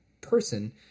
person